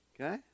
Okay